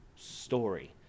story